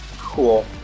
Cool